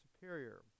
superior